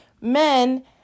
men